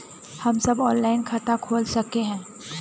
हम सब ऑनलाइन खाता खोल सके है?